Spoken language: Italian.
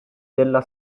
della